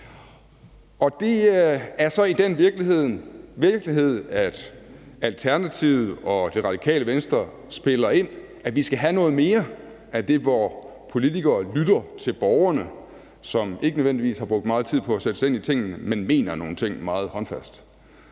Det er så i den virkelighed, at Alternativet og Radikale Venstre spiller ind, at vi skal have noget mere af det, hvor politikere lytter til borgerne, som ikke nødvendigvis har brugt meget tid på at sætte sig ind i tingene, men mener nogle ting meget håndfast.